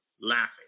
laughing